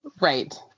Right